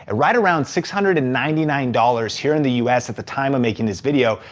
ah right around six hundred and ninety nine dollars here in the u s. at the time of making this video.